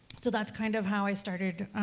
so, that's kind of how i started.